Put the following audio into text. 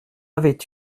avait